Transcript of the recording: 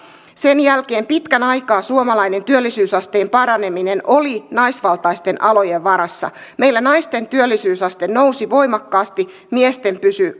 laman jälkeen pitkän aikaa suomalainen työllisyysasteen paraneminen oli naisvaltaisten alojen varassa meillä naisten työllisyysaste nousi voimakkaasti miesten pysyi